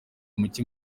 muke